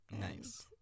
Nice